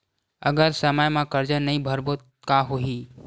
अगर समय मा कर्जा नहीं भरबों का होई?